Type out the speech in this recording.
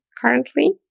currently